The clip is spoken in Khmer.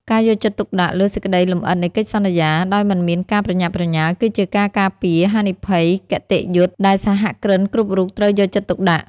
ការយកចិត្តទុកដាក់លើសេចក្ដីលម្អិតនៃកិច្ចសន្យា ដោយមិនមានការប្រញាប់ប្រញាល់ គឺជាការការពារហានិភ័យគតិយុត្តិដែលសហគ្រិនគ្រប់រូបត្រូវយកចិត្តទុកដាក់។